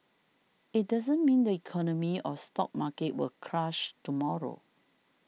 it doesn't mean the economy or stock market will crash tomorrow